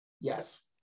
yes